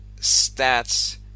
stats